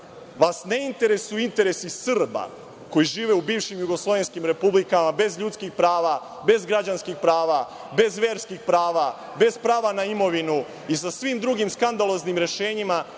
Vas ne interesuju interesi Srba koji žive u bivšim jugoslovenskim republikama bez ljudskih prava, bez građanskih prava, bez verskih prava, bez prava na imovinu i sa svim drugim skandaloznim rešenjima